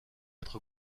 être